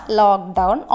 lockdown